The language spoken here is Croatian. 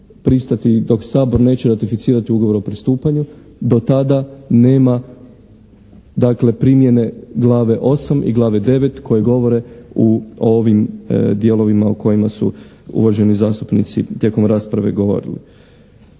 dok Sabor neće ratificirati ugovor o pristupanju. Do tada nema, dakle, primjene Glave VIII i Glave IX koje govore u ovim dijelovima o kojima su uvaženi zastupnici tijekom rasprave govorili.